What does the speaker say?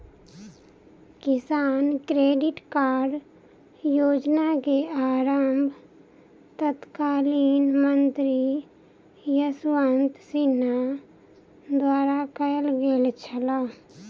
किसान credit card योजना के आरम्भ तत्कालीन मंत्री यशवंत सिन्हा द्वारा कयल गेल छल